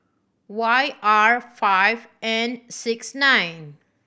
Y R five N six nine